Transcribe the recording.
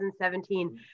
2017